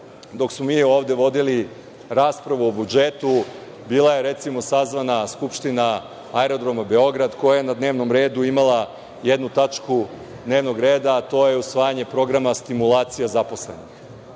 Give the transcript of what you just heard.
Dok smo mi ovde vodili raspravu o budžetu, bila je recimo, sazvana Skupština Aerodroma Beograda, koja je na dnevnom redu imala jednu tačku dnevnog reda, a to je usvajanje programa stimulacija zaposlenih.